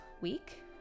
week